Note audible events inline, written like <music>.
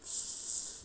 <laughs>